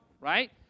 right